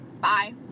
bye